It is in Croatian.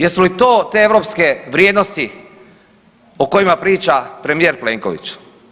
Jesu li to europske vrijednosti o kojima priča premijer Plenković?